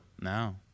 no